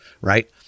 right